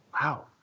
Wow